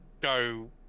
go